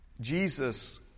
Jesus